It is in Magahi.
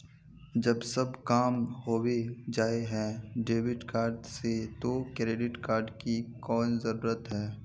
जब सब काम होबे जाय है डेबिट कार्ड से तो क्रेडिट कार्ड की कोन जरूरत है?